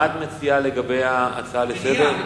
מה את מציעה לגבי ההצעה לסדר-היום?